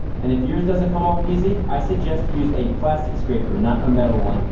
and if yours doesn't come off easy, i suggest you use a plastic scraper, not a metal one.